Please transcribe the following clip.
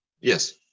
yes